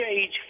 age